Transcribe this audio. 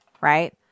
right